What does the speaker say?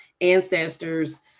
ancestors